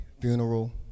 funeral